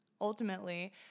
ultimately